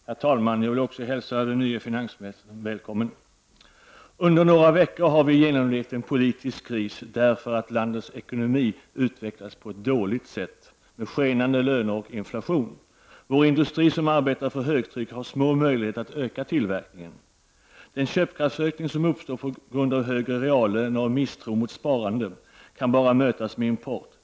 Herr talman! Jag vill också hälsa den nye finansministern välkommen. Under några veckor har vi genomlevt en politisk kris orsakad av att landets ekonomi utvecklas på ett dåligt sätt med skenande löner och inflation. Vår industri som arbetar för högtryck har små möjligheter att öka tillverkningen. Den köpkraftsökning som uppstår till följd av högre reallöner och misstro mot sparande kan bara mötas med import.